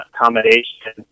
accommodation